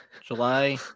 July